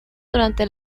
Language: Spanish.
durante